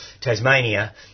Tasmania